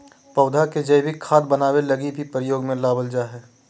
पौधा के जैविक खाद बनाबै लगी भी प्रयोग में लबाल जा हइ